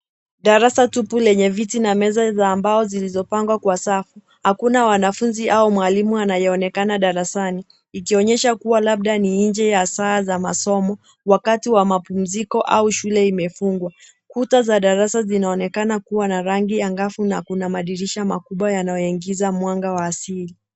Darasa tupu lenye viiti na meza za mbao zilizopangwa kwa safu. Hakuna wanafunzi au mwalimu anayeonekana darasani, ikionyesha labda ni nje ya saa za masomo. Wakati wa mapumziko au shule imefungwa. Kuta za darasa zinaonekana kuwa na rangi angavu na kuna madirisha makubwa yanayoingiza mwanga wa asili.